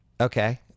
Okay